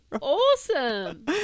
Awesome